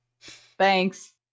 Thanks